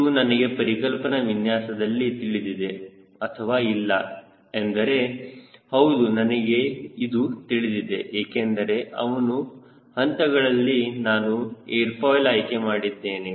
ಇದು ನನಗೆ ಪರಿಕಲ್ಪನಾ ವಿನ್ಯಾಸದಲ್ಲಿ ತಿಳಿದಿದೆ ಅಥವಾ ಇಲ್ಲ ಎಂದರೆ ಹೌದು ನನಗೆ ಇದು ತಿಳಿದಿದೆ ಏಕೆಂದರೆ ಅವನ್ನು ಹಂತಗಳಲ್ಲಿ ನಾನು ಏರ್ ಫಾಯ್ಲ್ ಆಯ್ಕೆ ಮಾಡಿದ್ದೇನೆ